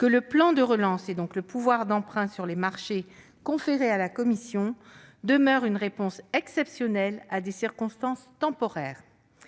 le plan de relance, donc le pouvoir d'emprunt sur les marchés conféré à la Commission, doit demeurer « une réponse exceptionnelle à des circonstances temporaires